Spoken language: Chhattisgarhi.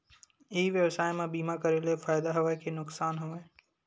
ई व्यवसाय म बीमा करे ले फ़ायदा हवय के नुकसान हवय?